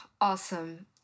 Awesome